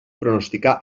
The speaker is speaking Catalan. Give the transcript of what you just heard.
pronosticar